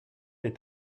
est